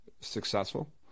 successful